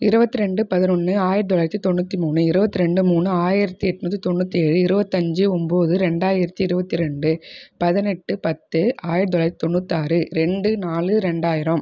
இருபத்தி ரெண்டு பதினொன்று ஆயிரத்து தொள்ளாயிரத்து தொன்னுற்றி மூணு இருபத்தி ரெண்டு மூணு ஆயிரத்து எட்நூற்றி தொன்னுற்றி ஏழு இருபத்தஞ்சு ஒம்பது ரெண்டாயிரத்து இருபத்தி ரெண்டு பதினெட்டு பத்து ஆயிரத்து தொள்ளாயிரத்து தொன்னுத்தாறு ரெண்டு நாலு ரெண்டாயிரம்